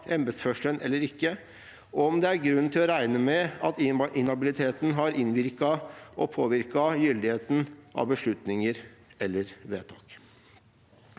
eller ikke, og om det er grunn til å regne med at inhabiliteten har innvirket og påvirket gyldigheten av beslutninger og/eller vedtak.»